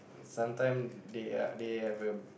sometime they are they have a